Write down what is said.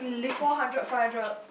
four hundred five hundred